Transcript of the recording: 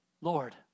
Lord